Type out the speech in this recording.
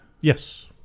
Yes